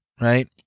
right